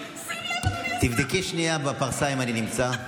תבדקי שנייה בפרסה אם אני נמצא.